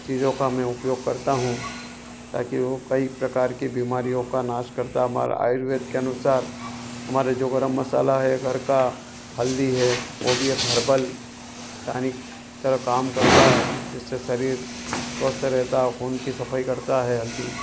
चीजों का मैं उपयोग करता हूँ ताकि वो कई प्रकार की बीमारियों का नाश करता है हमारे आयुर्वेद के अनुसार हमारे जो गरम मसाला है घर का जो हल्दी है वो भी एक हरबल टानिक का काम करता है जिससे शरीर स्वस्थ रहता है खून की सफाई करता है हल्दी